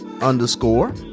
underscore